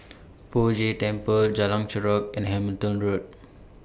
Poh Jay Temple Jalan Chorak and Hamilton Road